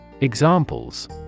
Examples